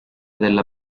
della